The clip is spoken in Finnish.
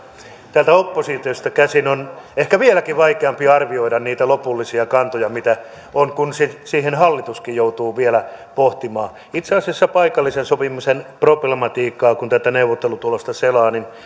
täältä oppositiosta käsin on ehkä vieläkin vaikeampi arvioida niitä lopullisia kantoja mitä on kun sitä hallituskin joutuu vielä pohtimaan itse asiassa mitä tulee paikallisen sopimisen problematiikkaan kun tätä neuvottelutulosta selaa niin